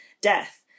death